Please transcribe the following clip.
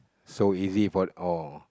so easy for all